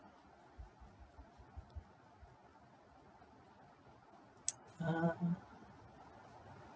uh